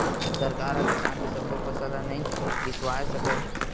सरकार ह किसान के सब्बो फसल ल नइ बिसावय सकय